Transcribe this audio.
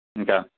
Okay